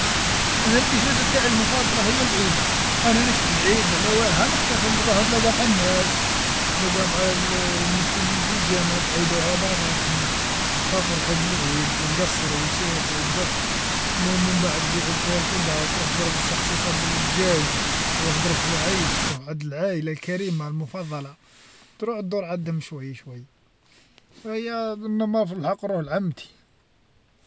انا الاجازة تاعي المفاضلة هي العيد، انا نشتي العيد على واه ها نحتفل نروح نتلقا مع الناس نتلاقى مع المسلمين في الجامع تعيدوا على بعضاكم، تفرحوا بالعيد وتقصروا وتشيخوا تقص- المهم من بعد يعود فيها القدا وتروح تضرب شخشوخا بالدجاج، ولا تضرب في العيش تروح عند العيلة الكريم المفضلة، تروح دور عندهم شوي شوي، أيا في الحق نروح لعمتي.